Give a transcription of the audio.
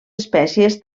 espècies